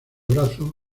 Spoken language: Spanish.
brazos